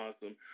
awesome